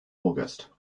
august